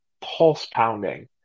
pulse-pounding